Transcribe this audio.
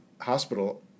hospital